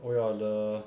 oh ya the